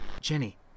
Jenny